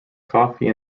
coffee